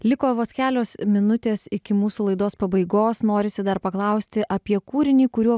liko vos kelios minutės iki mūsų laidos pabaigos norisi dar paklausti apie kūrinį kuriuo